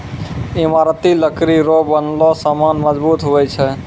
ईमारती लकड़ी रो बनलो समान मजबूत हुवै छै